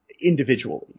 individually